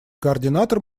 координатор